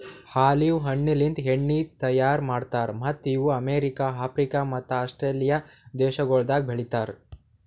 olive ಹಣ್ಣಲಿಂತ್ ಎಣ್ಣಿ ತೈಯಾರ್ ಮಾಡ್ತಾರ್ ಮತ್ತ್ ಇವು ಅಮೆರಿಕ, ಆಫ್ರಿಕ ಮತ್ತ ಆಸ್ಟ್ರೇಲಿಯಾ ದೇಶಗೊಳ್ದಾಗ್ ಬೆಳಿತಾರ್